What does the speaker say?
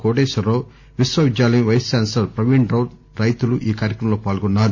కోటేశ్వరరావు విశ్వవిద్యాలయం vice chancellor Praveenrao రైతులు ఈ కార్యక్రమంలో పాల్గొన్నారు